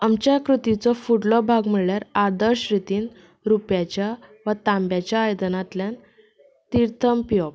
आमच्या कृतीचो फुडलो भाग म्हणल्यार आदर्श रितीन रुप्याच्या वा तांब्याच्या आयदनांतल्यान तीर्थम पिवप